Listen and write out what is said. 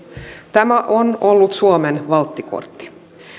tämä on ollut suomen valttikortti